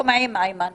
בחדר.